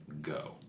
go